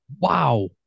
Wow